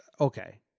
okay